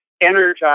energize